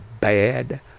bad